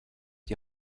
die